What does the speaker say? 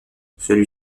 celui